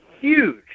huge